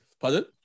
Pardon